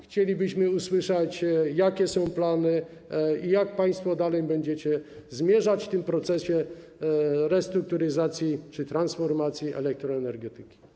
Chcielibyśmy usłyszeć, jakie są plany i jak państwo dalej będziecie zmierzać w tym procesie restrukturyzacji czy transformacji elektroenergetyki?